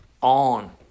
on